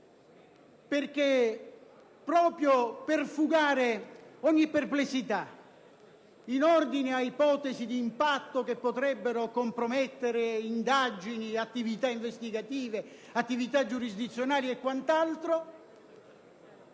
proprio per fugare ogni perplessità in ordine ad ipotesi di impatto che potrebbero compromettere indagini, attività investigative, attività giurisdizionali e quant'altro,